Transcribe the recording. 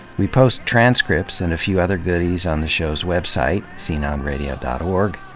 we post transcripts and a few other goodies on the show's website, sceneonradio dot org.